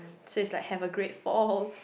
so is like have a great fall